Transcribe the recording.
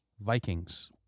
Vikings